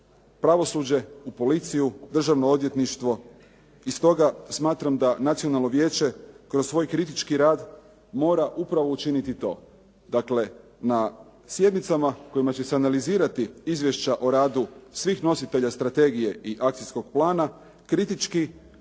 pravosuđe, u policiju, državno odvjetništvo i stoga smatram da Nacionalno vijeće kroz svoj kritički rad mora upravo učiniti to. Dakle, na sjednicama na kojima će se analizirati izvješća o radu svih nositelja strategije i akcijskog plana kritički